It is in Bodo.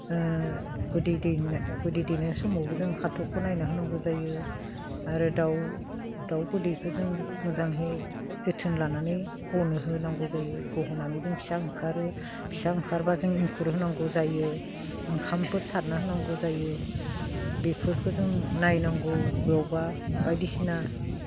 बिदै दैनाय समावबो जों खाथबखौ नायना होनांगौ जायो आरो दाउ बिदैखौ जों मोजांहै जोथोन लानानै गनो होनांगौ जायो गहोनानै जों फिसा ओंखारो फिसा ओंखारबा जों एंखुर होनांगौ जायो ओंखामफोर सारना होनांगौ जायो बेफोरखौ जों नायनांगौ बबावबा बायदिसिना